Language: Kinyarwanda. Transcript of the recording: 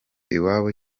iwabo